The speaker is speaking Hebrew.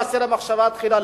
סוף מעשה במחשבה תחילה,